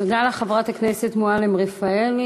תודה לחברת הכנסת מועלם-רפאלי.